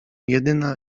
jedyna